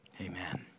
Amen